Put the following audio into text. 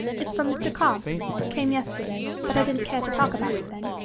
it's from mr. cobb came yesterday, but i didn't care to talk about it then.